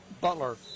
butler